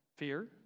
fear